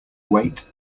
weight